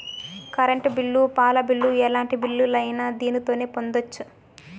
current bill పాల bill ఎలాంటి బిల్లులైనా దీనితోనే పంపొచ్చు